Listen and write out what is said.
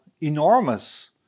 enormous